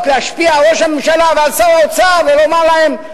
להשפיע על ראש הממשלה ועל שר האוצר ולומר להם,